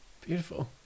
Beautiful